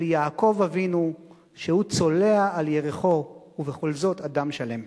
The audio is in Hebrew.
אל יעקב אבינו שהוא צולע על ירכו ובכל זאת אדם שלם.